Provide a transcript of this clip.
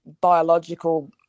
biological